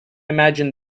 imagine